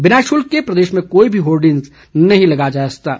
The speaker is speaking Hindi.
बिना शुल्क के प्रदेश में कोई भी होर्डिंगस नहीं लगाया जा सकता है